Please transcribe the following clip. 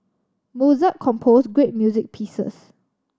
Mozart compose great music pieces